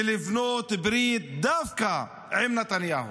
ולבנות ברית דווקא עם נתניהו.